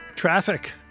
traffic